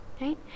right